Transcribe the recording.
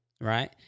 right